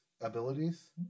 abilities